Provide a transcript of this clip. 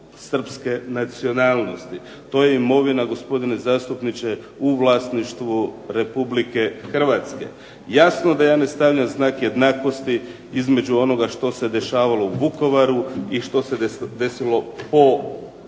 srpske nacionalnosti. To je imovina, gospodine zastupniče, u vlasništvu Republike Hrvatske. Jasno da ja ne stavljam znak jednakosti između onoga što se dešavalo u Vukovaru i što se desilo po Oluji.